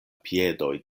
piedoj